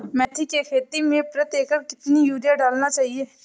मेथी के खेती में प्रति एकड़ कितनी यूरिया डालना चाहिए?